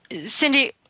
Cindy